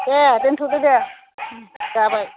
दे दोन्थ'दो दे जाबाय